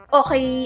okay